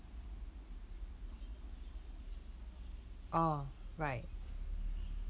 orh right